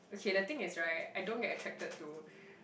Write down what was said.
okay the thing is right I don't get attracted to